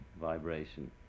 vibration